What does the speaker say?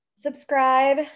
Subscribe